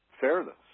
fairness